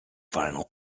final